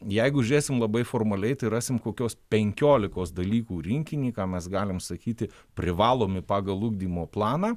jeigu žiūrėsim labai formaliai tai rasim kokios penkiolikos dalykų rinkinį ką mes galim sakyti privalomi pagal ugdymo planą